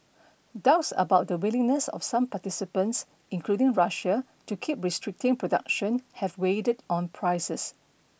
doubts about the willingness of some participants including Russia to keep restricting production have weighed on prices